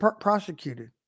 prosecuted